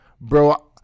Bro